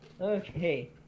Okay